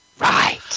Right